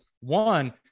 one